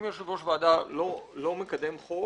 אם יושב ראש ועדה לא מקדם חוק,